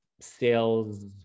sales